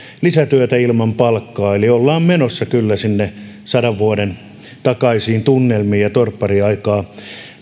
lisätyötä ilman palkkaa eli ollaan menossa kyllä sinne sadan vuoden takaisiin tunnelmiin ja torppariaikaa